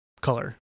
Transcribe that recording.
Color